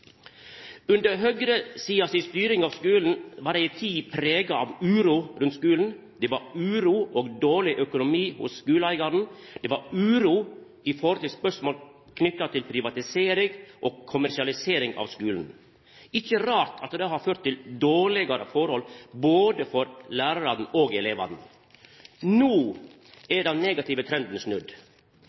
Under høgresida si styring av skulen var tida prega av uro rundt skulen. Det var uro og dårleg økonomi hos skuleeigaren, og det var uro omkring spørsmål knytte til privatisering og kommersialisering av skulen. Ikkje rart at det har ført til dårlegare forhold både for lærarane og elevane. No er den negative trenden snudd.